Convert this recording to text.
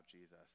Jesus